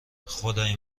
خدای